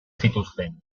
zituzten